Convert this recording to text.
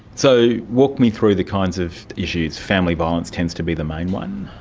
so walk me through the kinds of issues. family violence tends to be the main one?